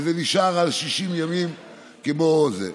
וזה נשאר על 60 ימים כמו זה.